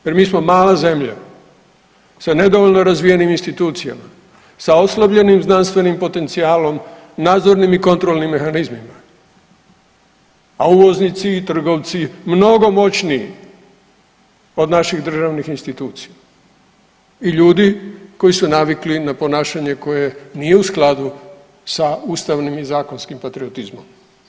Jer mi smo mala zemlja sa nedovoljno razvijenim institucijama, sa oslabljenim znanstvenim potencijalom, nadzornim i kontrolnim mehanizmima, a uvoznici i trgovci mnogo moćniji od naših državnih institucija i ljudi koji su navikli na ponašanje koje nije u skladu sa ustavnim i zakonskim patriotizmom.